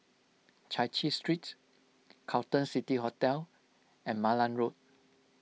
Chai Chee Street Carlton City Hotel and Malan Road